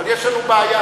אבל יש לנו בעיה.